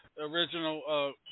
Original